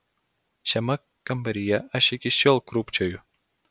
šiame kambaryje aš iki šiol krūpčioju